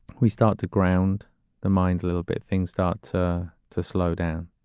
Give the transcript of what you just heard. we start to ground the mind a little bit. things start to to slow down.